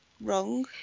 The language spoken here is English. wrong